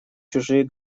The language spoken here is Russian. чужие